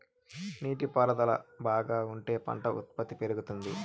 నీటి పారుదల బాగా ఉంటే పంట ఉత్పత్తి పెరుగుతుంది